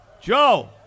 Joe